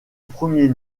premier